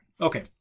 Okay